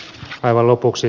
aivan lopuksi